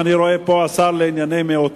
אני רואה פה גם את השר לענייני מיעוטים,